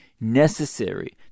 necessary